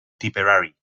tipperary